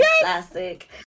classic